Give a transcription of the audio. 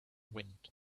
wind